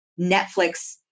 Netflix